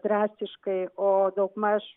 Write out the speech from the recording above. drastiškai o daugmaž